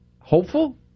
hopeful